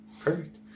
perfect